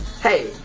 hey